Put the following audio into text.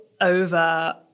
over